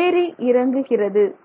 ஏறி இறங்குகிறது